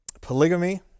polygamy